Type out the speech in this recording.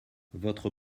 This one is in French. votre